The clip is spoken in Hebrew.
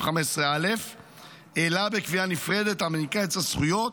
15א אלא בקביעה נפרדת המעניקה את הזכויות,